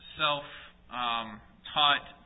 self-taught